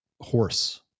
horse